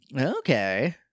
Okay